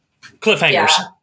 cliffhangers